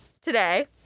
today